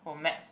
for maths